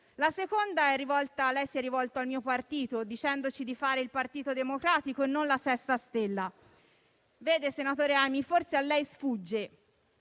che lei si è rivolto al mio partito, dicendoci di fare il Partito Democratico e non la sesta stella. Vede, senatore Aimi, forse a lei sfugge